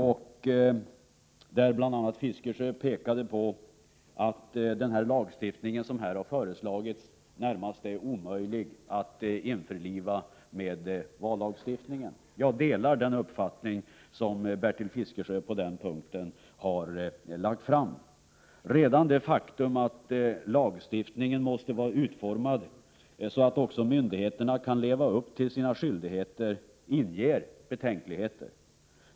Bertil Fiskesjö framhöll att den ändring som föreslagits är närmast omöjlig att införliva i vallagstiftningen. Jag delar Bertil Fiskesjös uppfattning på den punkten. Redan det faktum att lagstiftningen måste vara så utformad att också myndigheterna kan leva upp till sina skyldigheter inger betänkligheter.